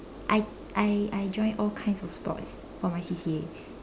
I I I join all kinds of sports for my C_C_A